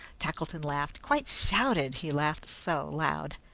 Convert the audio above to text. tackleton laughed quite shouted, he laughed so loud.